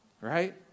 Right